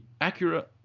Acura